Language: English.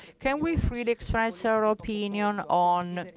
can we freely express our opinion on,